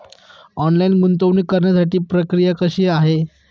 Online गुंतवणूक करण्यासाठी प्रक्रिया कशी आहे?